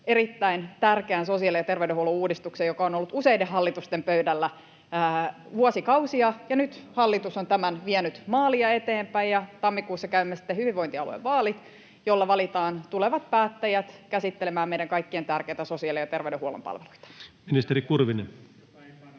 erittäin tärkeän sosiaali- ja terveydenhuollon uudistuksen, joka on ollut useiden hallitusten pöydällä vuosikausia. Nyt hallitus on tämän vienyt maaliin ja eteenpäin, ja tammikuussa käymme sitten hyvinvointialuevaalit, joilla valitaan tulevat päättäjät käsittelemään meidän kaikkien tärkeitä sosiaali- ja terveydenhuollon palveluita. [Ben